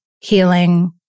healing